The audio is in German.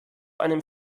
einem